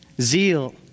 zeal